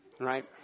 right